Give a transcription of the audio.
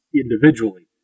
individually